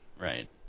Right